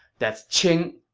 that's qing